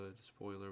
spoiler